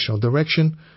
direction